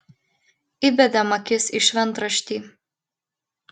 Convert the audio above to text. įbedėm akis į šventraštį